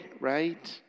right